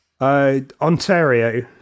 Ontario